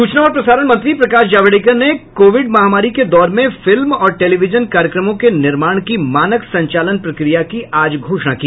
सूचना और प्रसारण मंत्री प्रकाश जावड़ेकर ने कोविड महामारी के दौर में फिल्म और टेलीविजन कार्यक्रमों के निर्माण की मानक संचालन प्रक्रिया की आज घोषणा की